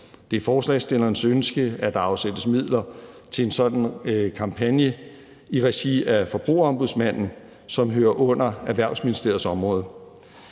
Det er forslagsstillerens ønske, at der afsættes midler til en sådan kampagne i regi af Forbrugerombudsmanden, som hører under Erhvervsministeriets område.